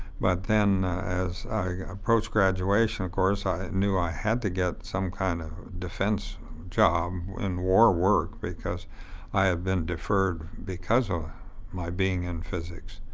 but then as i approached graduation, of course, i knew i had to get some kind of defense job in war work, because i had been deferred because of my being in physics.